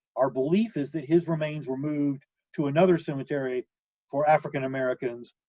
our belief is that his remains were moved to another cemetery for african americans,